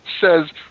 says